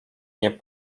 nie